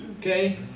okay